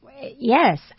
yes